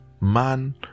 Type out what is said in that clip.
man